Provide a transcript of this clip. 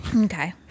Okay